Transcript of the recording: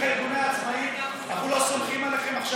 אנחנו לא סומכים עליכם,